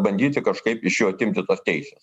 bandyti kažkaip iš jų atimti teises